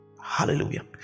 Hallelujah